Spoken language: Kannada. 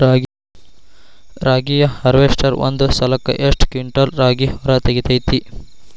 ರಾಗಿಯ ಹಾರ್ವೇಸ್ಟರ್ ಒಂದ್ ಸಲಕ್ಕ ಎಷ್ಟ್ ಕ್ವಿಂಟಾಲ್ ರಾಗಿ ಹೊರ ತೆಗಿತೈತಿ?